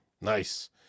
Nice